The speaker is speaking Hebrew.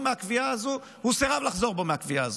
מהקביעה הזו הוא סירב לחזור בו מהקביעה הזו.